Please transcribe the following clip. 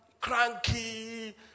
cranky